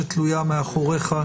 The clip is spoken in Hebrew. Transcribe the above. שתלויה מאחוריך,